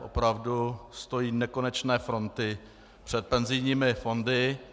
Opravdu, stojí nekonečné fronty před penzijními fondy.